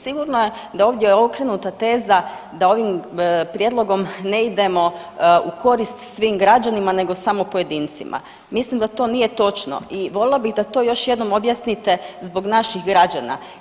Sigurno je da je ovdje okrenuta teza da ovim prijedlogom ne idemo u korist svim građanima, nego samo pojedincima mislim da to nije točno i voljela bih da to još jednom objasnite zbog naših građana.